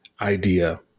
idea